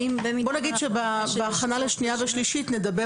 בואו נגיד שבהכנה לשנייה ושלישית נדבר